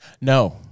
No